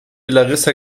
larissa